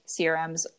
CRMs